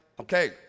okay